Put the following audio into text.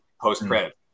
post-credit